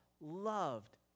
loved